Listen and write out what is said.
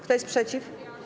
Kto jest przeciw?